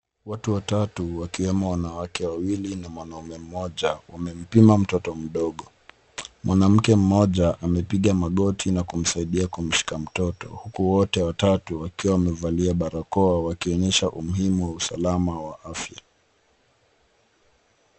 Watu watatu wakiwemo wanawake wawili na mwanaume mmoja wamempima mtoto mdogo. Mwanamke mmoja amepiga magoti na kumsaidia kumshika mtoto huku wote watatu wakiwa wamevalia barakoa wakionyesha umuhimu wa usalama wa afya.